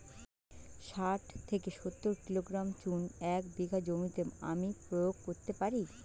শাঠ থেকে সত্তর কিলোগ্রাম চুন এক বিঘা জমিতে আমি প্রয়োগ করতে পারি?